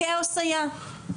כאוס היה.